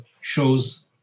shows